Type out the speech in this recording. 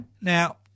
Now